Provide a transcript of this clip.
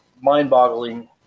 mind-boggling